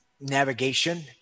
navigation